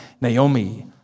Naomi